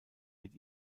mit